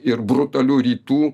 ir brutalių rytų